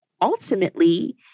ultimately